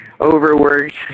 Overworked